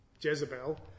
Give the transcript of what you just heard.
Jezebel